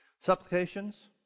supplications